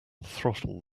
throttle